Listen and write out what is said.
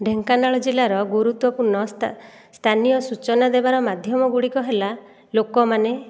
ଢେଙ୍କାନାଳ ଜିଲ୍ଲାର ଗୁରୁତ୍ୱପୂର୍ଣ୍ଣ ସ୍ତା ସ୍ଥାନୀୟ ସୂଚନା ଦେବାର ମାଧ୍ୟମ ଗୁଡ଼ିକ ହେଲା ଲୋକମାନେ